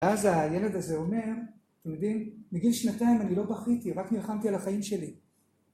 ‫ואז הילד הזה אומר, אתם יודעים, ‫מגיל שנתיים אני לא בכיתי, ‫רק נלחמתי על החיים שלי.